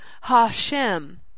Hashem